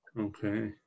Okay